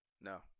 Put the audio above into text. No